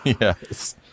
Yes